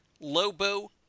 Lobo